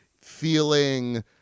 feeling